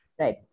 Right